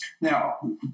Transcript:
Now